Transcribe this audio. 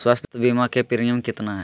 स्वास्थ बीमा के प्रिमियम कितना है?